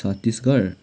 Chhattisgarh